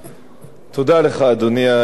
אדוני היושב-ראש,